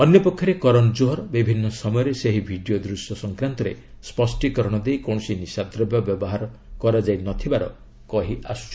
ଅନ୍ୟପକ୍ଷରେ କରନ୍ ଜୋହର୍ ବିଭିନ୍ନ ସମୟରେ ସେହି ଭିଡ଼ିଓ ଦୂଶ୍ୟ ସଂକ୍ରାନ୍ତରେ ସ୍ୱଷ୍ଠୀକରଣ ଦେଇ କୌଣସି ନିଶାଦ୍ରବ୍ୟ ବ୍ୟବହାର କରାଯାଇ ନ ଥିବାର କହି ଆସୁଛନ୍ତି